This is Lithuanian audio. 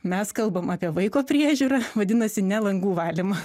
mes kalbam apie vaiko priežiūrą vadinasi ne langų valymą